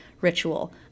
ritual